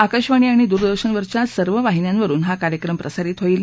आकाशवाणी आणि दूरदर्शन वरच्या सर्व वाहिन्यावरुन हा कार्यक्रम प्रसारित होईल